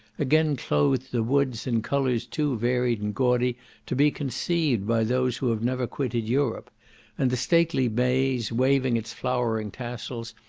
again clothed the woods in colours too varied and gaudy to be conceived by those who have never quitted europe and the stately maize, waving its flowing tassels,